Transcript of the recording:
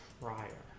brian